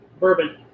Bourbon